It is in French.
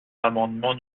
l’amendement